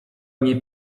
nie